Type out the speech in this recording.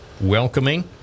welcoming